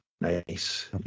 Nice